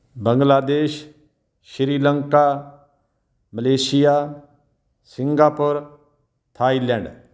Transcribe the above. Bangladesh Sri Lanka Malaysia Singapore Thailand